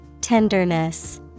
Tenderness